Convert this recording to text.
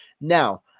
Now